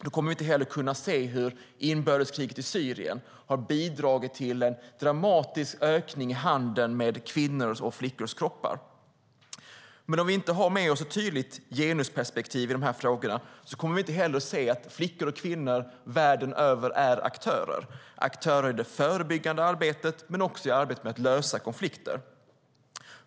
Vi kommer heller inte att kunna se hur inbördeskriget i Syrien har bidragit till en dramatisk ökning av handeln med kvinnors och flickors kroppar. Om vi inte tydligt har med oss genusperspektivet i dessa frågor kommer vi heller inte att se att flickor och kvinnor värden över är aktörer, både i det förebyggande arbetet och i arbetet med att lösa konflikter.